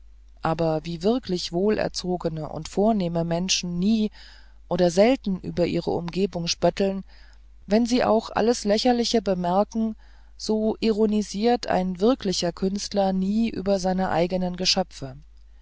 aber wie wirklich wohlerzogene und vornehme menschen nie oder selten über ihre umgebung spötteln wenn sie auch alles lächerliche bemerken so ironisiert ein wirklicher künstler nie über seine eigenen geschöpfe